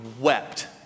wept